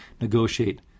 negotiate